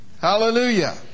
Hallelujah